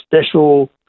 special